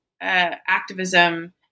activism